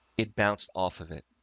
it bounced off of it.